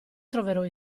troverò